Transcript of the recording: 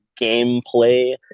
gameplay